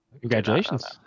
Congratulations